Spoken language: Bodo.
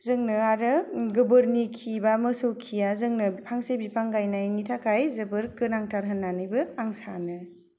जोंनो आरो गोबोरनि खिबा मोसौ खिया जोंनो फांसे बिफां गायनायनि थाखाय जोबोर गोनांथार होन्नानैबो आं सानो